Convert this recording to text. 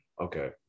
Okay